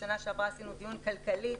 עשינו דיון כלכלי,